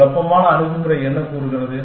குழப்பமான அணுகுமுறை என்ன கூறுகிறது